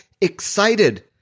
excited